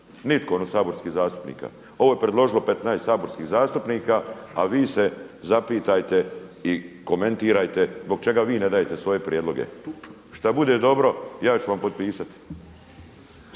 Nitko od saborskih zastupnika. Ovo je predložilo 15 saborskih zastupnika, a vi se zapitajte i komentirajte zbog čega vi ne dajete svoje prijedloge. Šta bude dobro, ja ću vam potpisati.